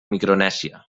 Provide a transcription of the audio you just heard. micronèsia